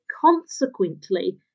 consequently